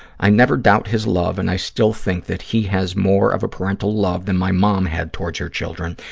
i never doubt his love, and i still think that he has more of a parental love than my mom had towards her children,